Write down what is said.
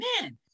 man